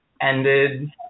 ended